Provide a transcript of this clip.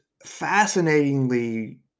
fascinatingly